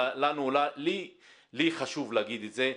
לי חשוב להגיד את זה.